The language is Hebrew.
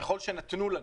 ככל שנתנו לנו,